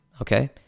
okay